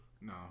No